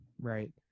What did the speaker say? Right